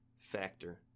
factor